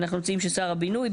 אנחנו רוצים ששר הבינוי,